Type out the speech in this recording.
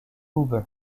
huber